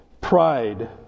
Pride